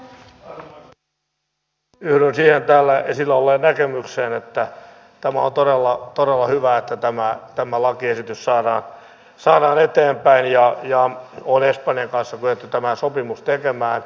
yhdyn siihen täällä esillä olleeseen näkemykseen että on todella hyvä että tämä lakiesitys saadaan eteenpäin ja on espanjan kanssa kyetty tämä sopimus tekemään